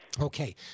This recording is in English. Okay